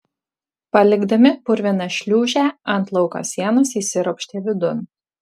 palikdami purviną šliūžę ant lauko sienos įsiropštė vidun